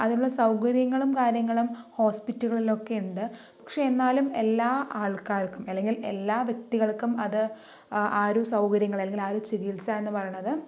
അതിനുള്ള സൗകര്യങ്ങളും കാര്യങ്ങളും ഹോസ്പിറ്റലുകളിലൊക്കെ ഉണ്ട് പക്ഷേ എന്നാലും എല്ലാ ആൾക്കാർക്കും അല്ലെങ്കിൽ എല്ലാ വ്യക്തികൾക്കും അത് ആ ഒരു സൗകര്യങ്ങൾ അല്ലെങ്കിൽ ആ ഒരു ചികിത്സ എന്ന് പറയണത്